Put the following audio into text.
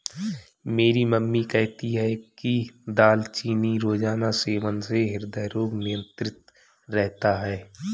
मेरी मम्मी कहती है कि दालचीनी रोजाना सेवन से हृदय रोग नियंत्रित रहता है